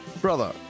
Brother